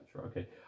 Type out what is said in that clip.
Okay